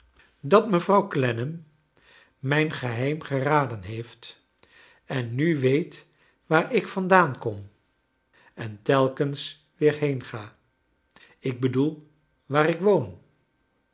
dat mevrouw clennam mijn geheim geraden heoft en nu weet waar ik vandaan kom en telkens wecr heenga ik bedoel waar ik woon